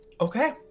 Okay